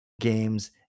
games